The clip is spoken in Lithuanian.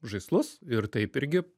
žaislus ir taip irgi